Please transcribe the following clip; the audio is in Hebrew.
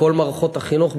בכל מערכות החינוך,